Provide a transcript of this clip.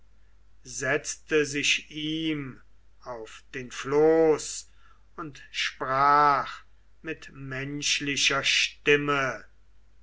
setzte sich ihm auf den floß und sprach mit menschlicher stimme